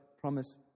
promise